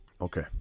Okay